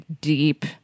deep